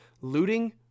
looting